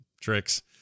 tricks